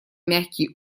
мягкий